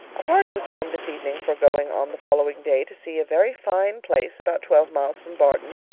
a party was formed this evening for going on the following day to see a very fine place about twelve miles from barton,